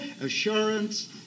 assurance